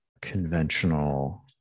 conventional